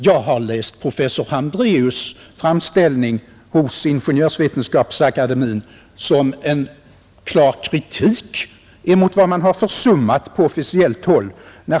Jag har emellertid uppfattat professor Hambreus” framställning hos Ingenjörsvetenskapsakademien som en klar kritik mot vad man försummat på officiellt håll.